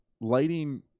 Lighting